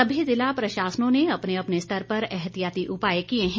सभी जिला प्रशासनों ने अपने अपने स्तर पर एहतियाती उपाय किए हैं